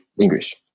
English